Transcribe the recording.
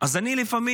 אז אני לפעמים,